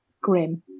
grim